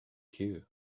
cue